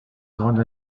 grande